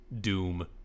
Doom